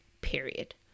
period